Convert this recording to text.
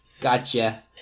Gotcha